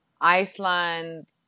Iceland